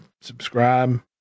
subscribe